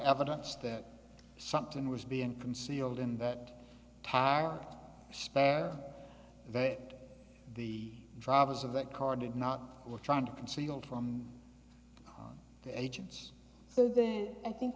evidence that something was being concealed in that tire spare that the drivers of that car did not were trying to conceal from the agents so then i think